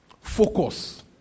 Focus